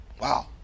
Wow